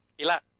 Ila